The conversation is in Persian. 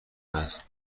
است